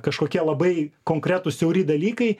kažkokie labai konkretūs siauri dalykai